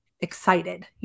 excited